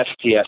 STS